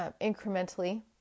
incrementally